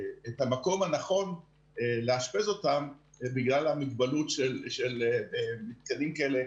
המקום הנכון לאשפז אותם בגלל המוגבלות של חולים כאלה,